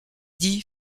dit